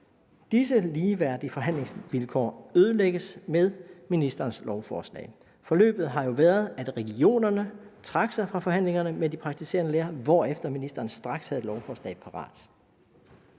Disse ligeværdige forhandlingsvilkår ødelægges med ministerens lovforslag. Forløbet har jo været, at regionerne trak sig fra forhandlingerne med de praktiserende læger, hvorefter ministeren straks havde et lovforslag parat.